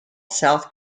south